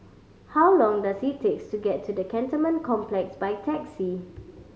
how long does it takes to get to the Cantonment Complex by taxi